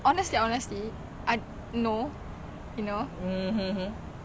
I think is is how you act on your jealousy